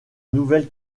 nouvelle